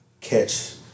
catch